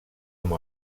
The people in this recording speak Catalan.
amb